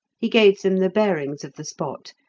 he gave them the bearings of the spot,